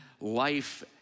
life